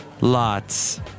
Lots